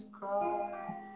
cry